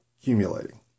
accumulating